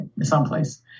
someplace